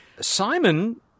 Simon